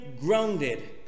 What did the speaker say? grounded